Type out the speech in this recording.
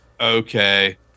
okay